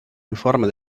informa